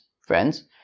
friends